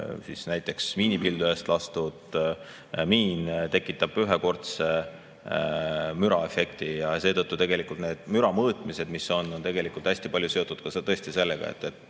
Aga näiteks miinipildujast lastud miin tekitab ühekordse müraefekti ja seetõttu tegelikult need müramõõtmised, mis on [tehtud], on hästi palju seotud tõesti sellega,